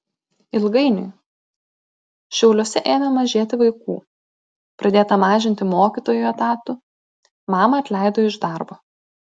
ilgainiui šiauliuose ėmė mažėti vaikų pradėta mažinti mokytojų etatų mamą atleido iš darbo